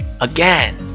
again